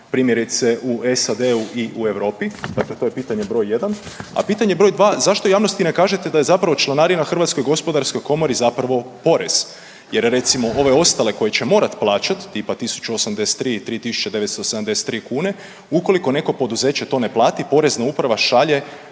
primjerice u SAD-u i u Europi, dakle to je pitanje broj 1. A pitanje broj 2, zašto javnosti ne kažete da je zapravo članarina HGK zapravo porez jer recimo ove ostale koje će morati plaćat tipa 1.083, 3.973 kune ukoliko neko poduzeće to ne plati, Porezna uprava šalje